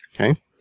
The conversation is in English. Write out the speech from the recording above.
Okay